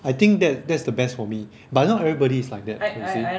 I think that that's the best for me but not everybody is like that you see